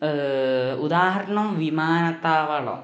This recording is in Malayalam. ഉദാഹരണം വിമാനത്താവളം